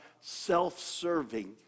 self-serving